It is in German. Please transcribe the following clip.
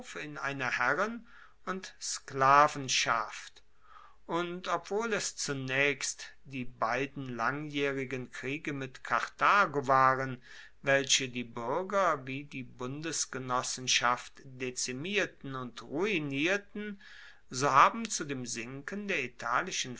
in eine herren und sklavenschaft und obwohl es zunaechst die beiden langjaehrigen kriege mit karthago waren welche die buerger wie die bundesgenossenschaft dezimierten und ruinierten so haben zu dem sinken der italischen